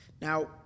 Now